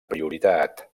prioritat